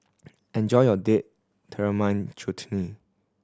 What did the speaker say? enjoy your Date Tamarind Chutney